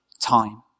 time